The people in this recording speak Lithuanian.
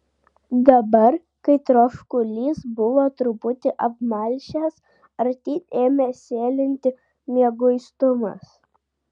dabar kai troškulys buvo truputį apmalšęs artyn ėmė sėlinti mieguistumas